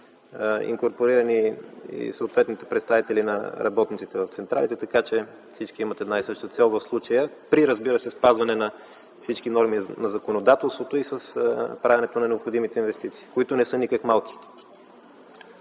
инкорпорирани и съответните представители на работниците на централите. В случая всички имат еднаква цел, разбира се, при спазване на всички норми на законодателството и правене на необходимите инвестиции, които не са никак малки.